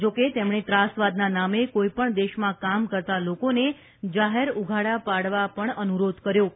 જો કે તેમણે ત્રાસવાદના નામે કોઇપણ દેશમાં કામ કરતા લોકોને જાહેર ઉઘાડા પાડવા પણ અનુરોધ કર્યો છે